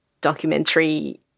documentary